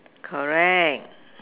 correct